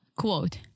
Quote